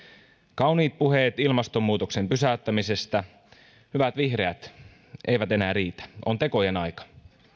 kauniit puheet ilmastonmuutoksen pysäyttämisestä hyvät vihreät eivät enää riitä on tekojen aika